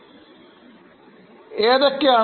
liabilities തരങ്ങൾ ഏതൊക്കെയാണ്